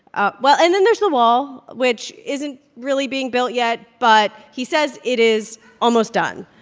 ah well, and then there's the wall, which isn't really being built yet. but he says it is almost done.